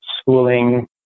schooling